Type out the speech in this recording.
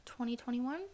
2021